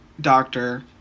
doctor